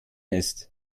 ist